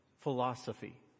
Philosophy